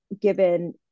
given